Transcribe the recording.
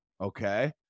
okay